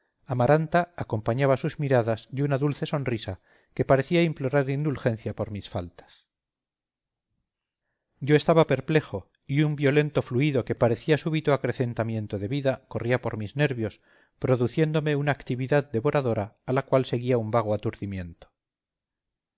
amaranta acompañaba sus miradas de una dulce sonrisa que parecía implorar indulgencia por mis faltas yo estaba perplejo y un violento fluido que parecía súbito acrecentamiento de vida corría por mis nervios produciéndome una actividad devoradora a la cual seguía un vago aturdimiento